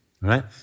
right